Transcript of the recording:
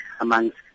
amongst